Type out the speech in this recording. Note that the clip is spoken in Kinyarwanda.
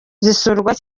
zisurwa